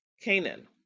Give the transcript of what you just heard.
Canaan